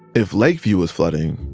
if lakeview was flooding,